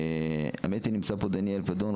דניאל פדון,